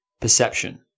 perception